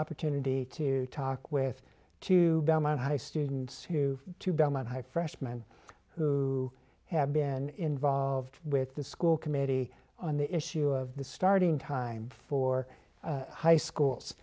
opportunity to talk with two high students who to belmont high freshman who have been and involved with the school committee on the issue of the starting time for high schools